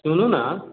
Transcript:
सुनू ने